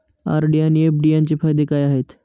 RD आणि FD यांचे फायदे काय आहेत?